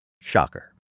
shocker